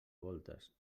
voltes